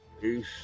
Peace